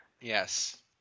Yes